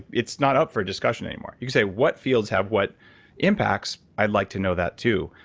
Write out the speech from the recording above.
it's not up for discussion anymore. you can say, what fields have what impacts? i'd like to know that too.